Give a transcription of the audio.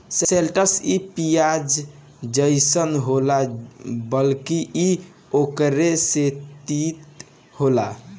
शैलटस इ पियाज जइसन होला बाकि इ ओकरो से तीत होला